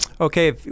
Okay